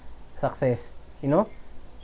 success you know